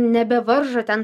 nebevaržo ten